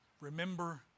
remember